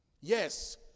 Yes